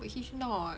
but he's not